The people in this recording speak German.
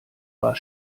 war